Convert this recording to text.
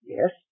Yes